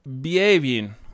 behaving